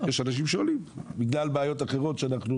יש אנשים שעולים בגלל בעיות אחרות שאנחנו